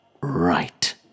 right